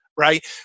right